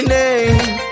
name